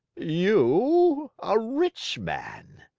you, a rich man?